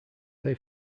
they